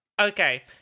Okay